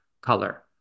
color